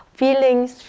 feelings